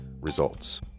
results